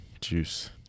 juice